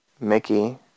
Mickey